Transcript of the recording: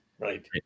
right